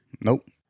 Nope